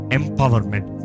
empowerment